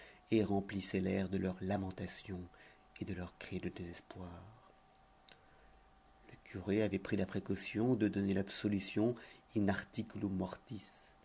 et remplissaient l'air de leurs lamentations et de leurs cris de désespoir le curé avait pris la précaution de donner l'absolution in articulo mortis